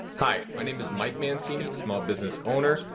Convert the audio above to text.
hi, my name is mike mancini, small business owner,